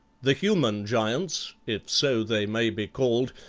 the human giants, if so they may be called,